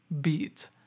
beat